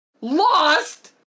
Lost